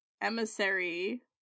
emissary